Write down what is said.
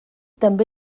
també